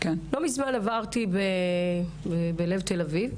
לא מזמן עברתי בלב תל-אביב,